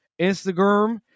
Instagram